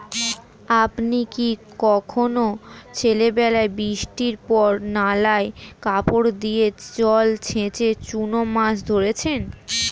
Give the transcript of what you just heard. আপনি কি কখনও ছেলেবেলায় বৃষ্টির পর নালায় কাপড় দিয়ে জল ছেঁচে চুনো মাছ ধরেছেন?